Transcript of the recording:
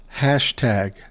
hashtag